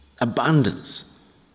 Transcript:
Abundance